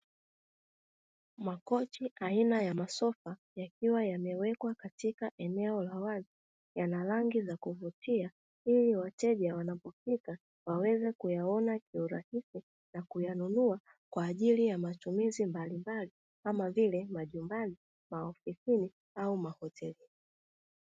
Makochi aina ya masofa yakiwa yamewekwa katika eneo la wazi, yana rangi za kuvutia ili wateja wanapofika waweze kuyaona kiurahisi na kuyanunua kwa ajili ya matumizi mbalimbali, kama vile majumbani, maofisini au mahotelini.